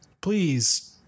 please